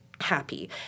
happy